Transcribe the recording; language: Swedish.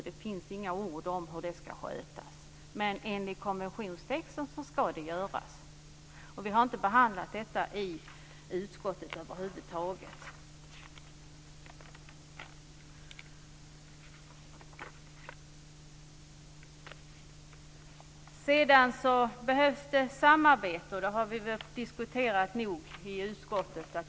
Det finns inte ett ord om hur det ska skötas, men enligt konventionstexten ska det göras. Vi har inte behandlat detta i utskottet över huvud taget. Det behövs samarbete, och det har vi diskuterat nog i utskottet.